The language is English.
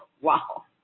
Wow